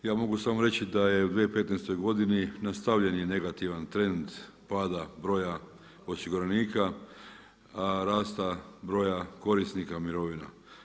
Ja mogu samo reći da je u 2015. godini nastavljen je negativan trend pada broja osiguranika, rasta broja korisnika mirovina.